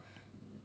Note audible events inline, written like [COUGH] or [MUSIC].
[BREATH]